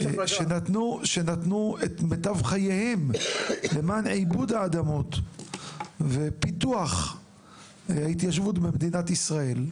שנתנו את מיטב חייהם למען עיבוד האדמות ופיתוח ההתיישבות במדינת ישראל,